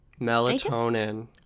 Melatonin